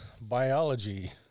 Biology